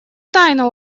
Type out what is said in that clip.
тайна